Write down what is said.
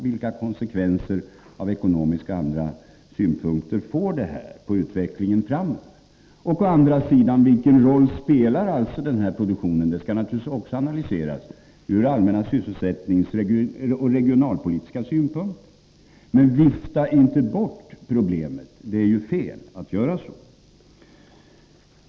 Det skall också analyseras vilken roll den produktionen spelar ur allmänna sysselsättningspolitiska synpunkter och ur regionalpolitiska synpunkter. Vifta inte bort problemet! Det är fel att göra så.